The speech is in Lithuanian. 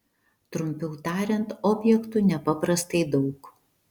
trumpiau tariant objektų nepaprastai daug